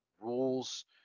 rules